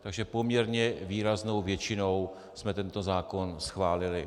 Takže poměrně výraznou většinou jsme tento zákon schválili.